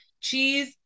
Cheese